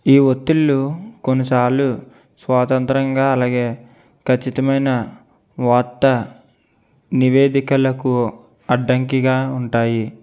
ఈ ఒత్తిళ్లు కొన్నిసార్లు స్వాతంత్రంగా అలాగే కచ్చితమైన వార్త నివేదికలకు అడ్డంకిగా ఉంటాయి